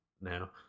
now